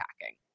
packing